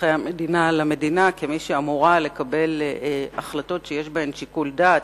אזרחי המדינה למדינה כמי שאמורה לקבל החלטות שיש בהן שיקול דעת,